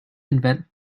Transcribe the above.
invent